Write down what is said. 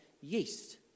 yeast